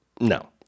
no